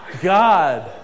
God